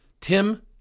Tim